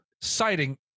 citing